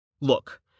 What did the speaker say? Look